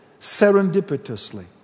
serendipitously